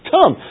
Come